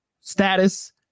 status